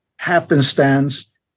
happenstance